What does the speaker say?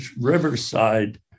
Riverside